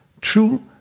True